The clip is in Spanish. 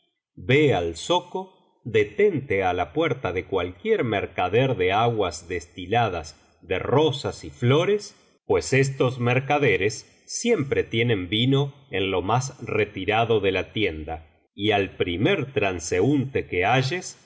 ve al zoco detente á la puerta de cualquier mercader de aguas destiladas ele rosas y flores pues estos mercaderes siempre tienen vino en lo más retirado de la tienda y al primer transeúnte que ha